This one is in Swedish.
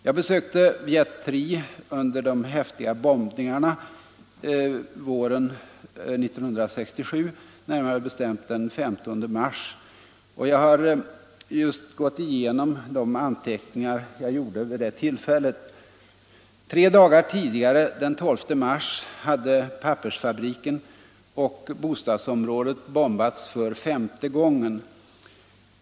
Jag besökte Viet Tri under de häftiga bombningarna våren 1967, närmare bestämt den 15 mars, och jag har just gått igenom de anteckningar jag gjorde vid det tillfället. Tre dagar tidigare, den 12 mars, hade pappersfabriken och bostadsområdet bombats för femte gången.